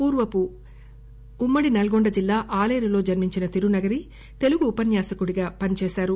పూర్వపు ఉమ్మడి నల్లగొండ జిల్లా ఆలేరు లో జన్మించిన తిరునగరితెలుగు ఉపన్నాసకుడిగా పనిచేశారు